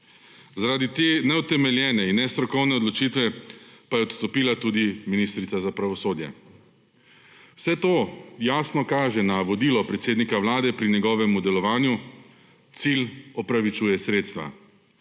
Zardi te neutemeljene in nestrokovne odločitve pa je odstopila tudi ministrica za pravosodje. Vse to jasno kaže na vodilo predsednika Vlade pri njegovemu delovanju, cilj opravičuje sredstva.